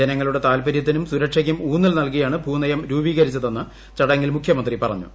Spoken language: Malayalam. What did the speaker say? ജനങ്ങളുടെ താൽപരൃത്തിനും സുരക്ഷയ്ക്കും ഊന്നൽ നൽകിയാണ് ഭൂനയം രൂപീകരിച്ചതെന്ന് ചടങ്ങിൽ മുഖ്യമന്ത്രി പറഞ്ഞു